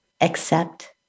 accept